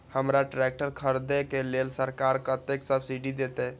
हमरा ट्रैक्टर खरदे के लेल सरकार कतेक सब्सीडी देते?